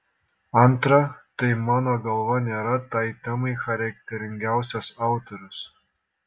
antra tai mano galva nėra tai temai charakteringiausias autorius